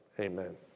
Amen